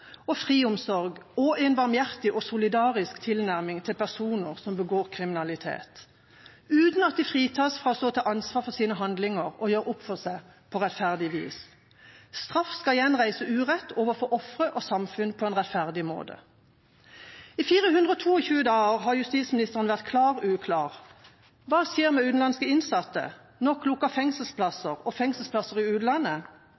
og friomsorg, og en barmhjertig og solidarisk tilnærming til personer som begår kriminalitet – uten at de fritas fra å stå til ansvar for sine handlinger og gjøre opp for seg på rettferdig vis. Straff skal gjenreise urett overfor ofre og samfunn på en rettferdig måte. I 422 dager har justisministeren vært klar, men uklar. Hva skjer med utenlandske innsatte, nok